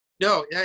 No